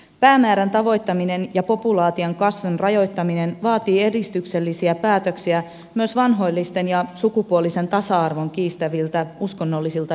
päämäärän tavoittaminen ja populaation kasvun rajoittaminen vaatii edistyksellisiä päätöksiä myös vanhoillisilta ja sukupuolisen tasa arvon kiistäviltä uskonnollisilta johtajilta